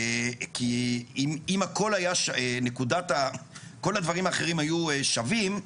אם כל הדברים האחרים היו שווים,